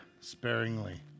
sparingly